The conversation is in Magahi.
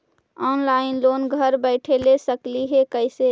ऑनलाइन लोन घर बैठे ले सकली हे, कैसे?